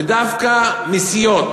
ודווקא מסיעות